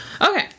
Okay